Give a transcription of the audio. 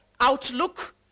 outlook